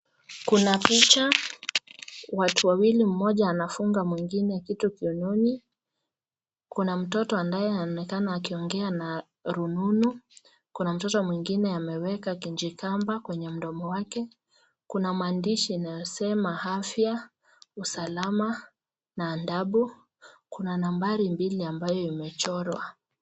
Kuna picha watu wawili mmoja anafunga mwingine kitu kiunoni ,kuna mtoto anayeonekana akiongea na rununu kuna mtoto mwingine ameweka kijikamba kwenyevmdomo yake kuna maandishi inasema afya, usalama na adabu. Kuna nambari mbili ambayo imechorwa.